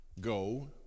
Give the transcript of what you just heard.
go